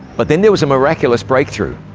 but then there was a miraculous breakthrough,